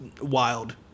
wild